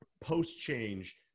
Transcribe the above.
post-change